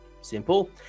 simple